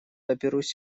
доберусь